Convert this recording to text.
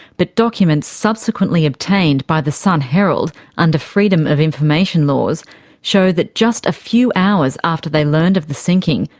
but documents subsequently obtained by the sun-herald under freedom of information laws show that just a few hours after they learned of the sinking,